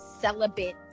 celibate